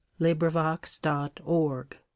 LibriVox.org